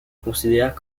considère